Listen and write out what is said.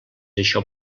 això